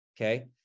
okay